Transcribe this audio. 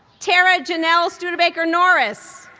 tara janelle studebaker norris,